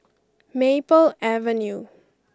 Maple Avenue